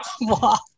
walk